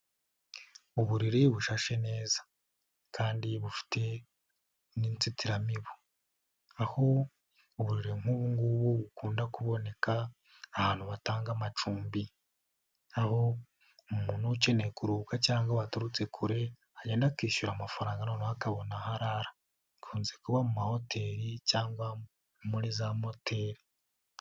Uburiri bushashe neza kandi bufite n'inzitiramibu, aho uburiri nk'ubungubu bukunda kuboneka ahantu batanga amacumbi. Aho umuntu uba ukeneye kuruhuka cyangwa waturutse kure, agenda akishyura amafaranga noneho akabona aho arara. Bikunze kuba mu mahoteri cyangwa muri za moteri.